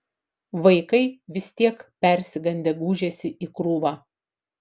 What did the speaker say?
vaikai vis tiek persigandę gūžėsi į krūvą